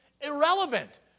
irrelevant